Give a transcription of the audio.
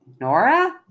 Nora